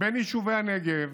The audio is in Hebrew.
בין יישובי הנגב